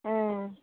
उम